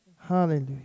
Hallelujah